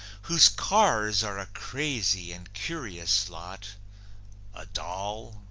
whose cars are a crazy and curious lot a doll,